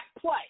play